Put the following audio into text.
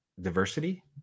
diversity